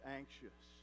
anxious